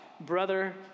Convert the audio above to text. brother